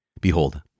Behold